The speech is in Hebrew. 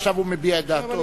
עכשיו הוא מביע את דעתו.